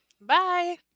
bye